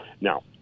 Now